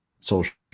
social